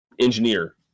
Engineer